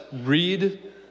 read